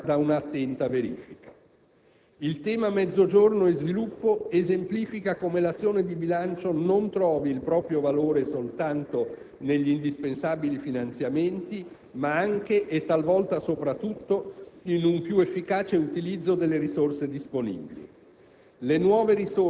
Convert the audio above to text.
nei principali programmi infrastrutturali è stata accompagnata da una attenta verifica. Il tema Mezzogiorno e sviluppo esemplifica come l'azione di bilancio non trovi il proprio valore soltanto negli indispensabili finanziamenti, ma anche, e talvolta soprattutto,